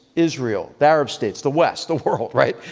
israel, the arab states, the west, the world, right?